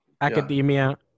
academia